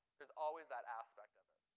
there's always that aspect of it.